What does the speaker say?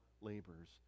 labors